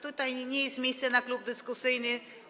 Tutaj to nie jest miejsce na klub dyskusyjny.